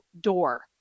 door